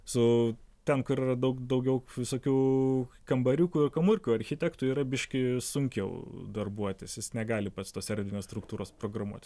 su ten kur yra daug daugiau visokių kambariukų kamurkių architektui yra biškį sunkiau darbuotis jis negali pats tos erdvinės struktūros programuoti